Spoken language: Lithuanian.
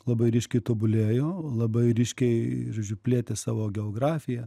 labai ryškiai tobulėjo labai ryškiai žodžiu plėtė savo geografiją